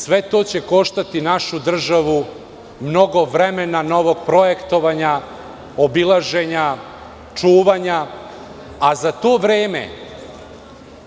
Sve to će koštati našu državu mnogo vremena novoprojektovanja, obilaženja, čuvanja, a za to vreme